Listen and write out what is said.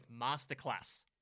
Masterclass